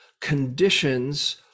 conditions